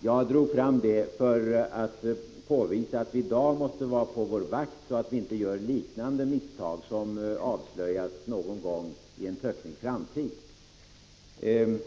Jag drog fram det exemplet för att påvisa att vi i dag måste vara på vår vakt så att vi inte gör liknande misstag, som skall avslöjas någon gång i en töcknig framtid.